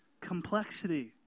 complexity